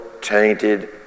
tainted